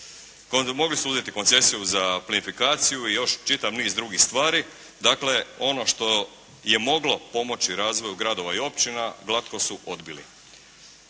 mogli su uzeti koncesiju za plinofikaciju i još čitav niz drugih stvari, dakle ono što je moglo pomoći razvoju gradova i općina glatko su odbili.